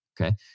Okay